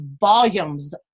volumes